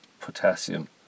potassium